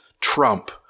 trump